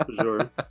sure